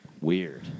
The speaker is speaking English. Weird